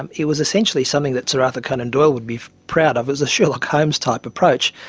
and it was essentially something that sir arthur conan doyle would be proud of, it was a sherlock holmes type approach.